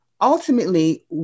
ultimately